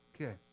Okay